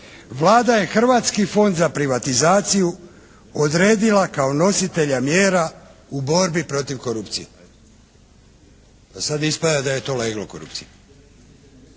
Vlada je Hrvatski fond za privatizaciju odredila kao nositelja mjera u borbi protiv korupcije, a sad ispada da je to leglo korupcije,